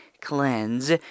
cleanse